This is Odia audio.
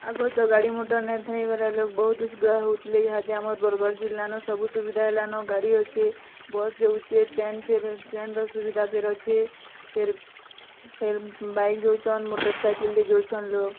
ଆଗରୁ ତ ଗାଡ଼ି ମଟର୍ ନାଇଁଥାଇବାର୍ ଲୋଗ୍ ବହୁତ୍ ଅସୁବିଧା ହେଉଥିଲେ ଇହାଦେ ଆମ ବରଗଡ଼୍ ଜିଲ୍ଲାନୁ ସବୁ ସୁବିଧା ହେଲାନ ଗାଡ଼ି ଅଛି ବସ୍ ଯାଉଛେ ଟ୍ରେନ୍ ଟ୍ରେନ୍ର ସୁବିଧା ବି ରହିଛି ଫିର୍ ଫିର୍ ବାଇକ୍ ଯାଉଛନ୍ ମୋଟରସାଇକେଲ୍ରେ ଯାଉଛନ୍ ଲୋଗ୍